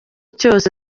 cyose